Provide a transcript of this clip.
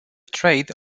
trade